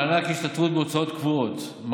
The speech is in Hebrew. מענק השתתפות בהוצאות קבועות.